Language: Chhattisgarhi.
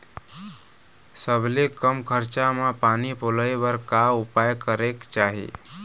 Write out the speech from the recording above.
सबले कम खरचा मा पानी पलोए बर का उपाय करेक चाही?